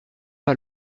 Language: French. pas